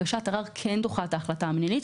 הגשת ערר כן דוחה את ההחלטה המינהלית,